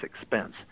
expense